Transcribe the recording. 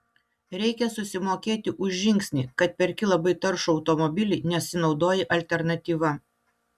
reikia susimokėti už žingsnį kad perki labai taršų automobilį nesinaudoji alternatyva